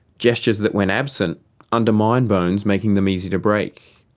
gestures that went absent undermine bones, making them easy to break.